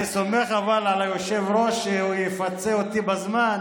אני סומך על היושב-ראש שהוא יפצה אותי בזמן.